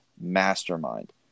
mastermind